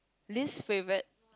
least favourite